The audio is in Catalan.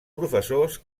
professors